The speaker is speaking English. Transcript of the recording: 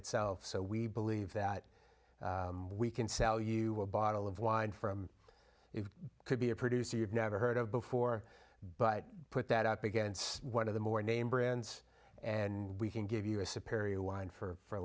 itself so we believe that we can sell you a bottle of wine from it could be a producer you've never heard of before but put that up against one of the more name brands and we can give you a superior wine for